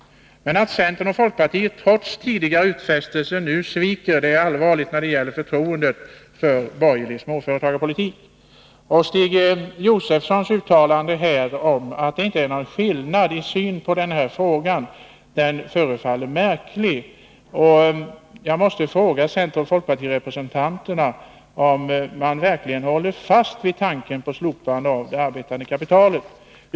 Men att centern och folkpartiet, trots tidigare utfästelser, nu sviker är allvarligt när det gäller förtroendet för en borgerlig småföretagarpolitik. Stig Josefsons uttalande om att det inte är någon skillnad i synen på den här frågan förefaller märkligt. Jag måste fråga centeroch folkpartirepresentanterna om de verkligen håller fast vid tanken på slopande av skatten på det arbetande kapitalet.